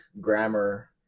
grammar